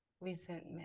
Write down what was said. resentment